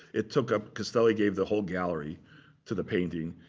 it took up, castelli gave the whole gallery to the painting.